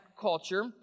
culture